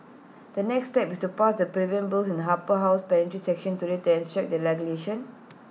the next step is to pass the prevent bills in the Upper House plenary session today to enact the legislation